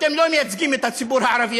אתם לא מייצגים את הציבור הערבי,